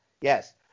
Yes